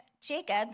Jacob